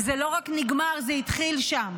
וזה לא רק נגמר, זה התחיל שם.